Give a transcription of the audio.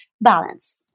balance